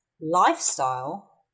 lifestyle